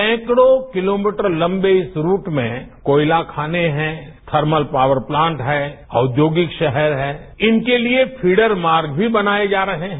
सैंकड़ों कितोमीटर लंबे इस रूट में कोयला खाने हैं थर्मल पावर प्लांट है औद्योगिक शहर है इनके लिए फीडर मार्गे भी बनाये जा रहे हैं